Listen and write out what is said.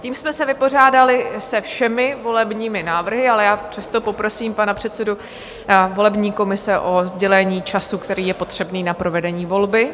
Tím jsme se vypořádali se všemi volebními návrhy, já přesto poprosím pana předsedu volební komise o sdělení času, který je potřebný na provedení volby.